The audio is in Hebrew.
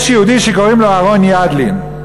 יש יהודי שקוראים לו אהרן ידלין,